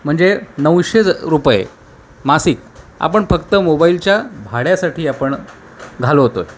म्हणजे नऊशे रुपये मासिक आपण फक्त मोबाईलच्या भाड्यासाठी आपण घालवतो आहे